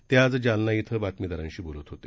ते आज जालना इथं बातमीदारांशी बोलत होते